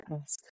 ask